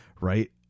right